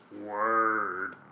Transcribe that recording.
Word